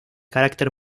carácter